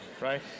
right